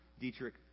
Dietrich